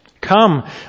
Come